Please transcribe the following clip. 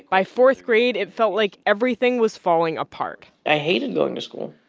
by fourth grade, it felt like everything was falling apart i hated going to school.